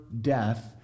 death